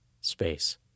space